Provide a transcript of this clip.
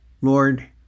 Lord